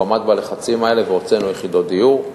הוא עמד בלחצים האלה והוצאנו יחידות דיור.